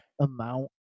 amount